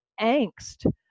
angst